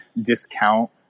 discount